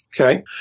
Okay